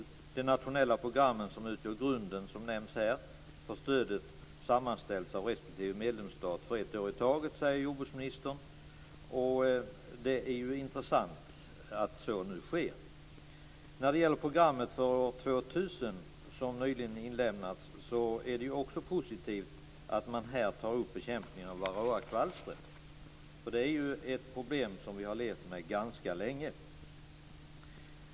De nationella programmen, som utgör grunden för stöden, sammanställs av respektive medlemsstat för ett år i taget, säger jordbruksministern. Det är intressant att så nu sker. När det gäller programmet för år 2000, som nyligen inlämnats, är det positivt att man här tar upp bekämpningen av varroakvalster, för det är ju ett problem som vi har levt med ganska länge.